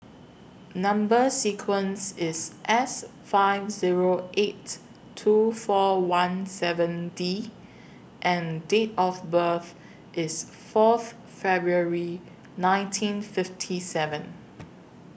Number sequence IS S five Zero eight two four one seven D and Date of birth IS Fourth February nineteen fifty seven